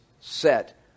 set